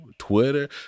Twitter